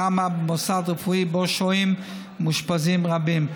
במוסד רפואי שבו שוהים מאושפזים רבים.